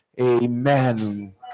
Amen